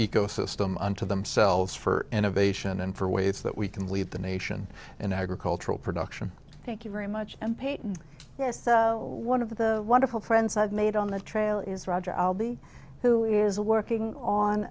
ecosystem unto themselves for innovation and for ways that we can lead the nation in agricultural production thank you very much and pay to this one of the wonderful friends i've made on the trail is roger albi who is working on